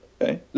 Okay